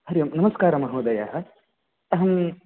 हरि ओम् नमस्कारः महोदयः अहं